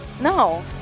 No